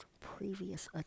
previous